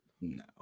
No